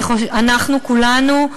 אנחנו כולנו,